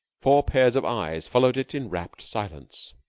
four pairs of eyes followed it in rapt silence.